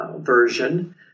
version